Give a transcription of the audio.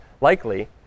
likely